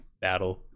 battle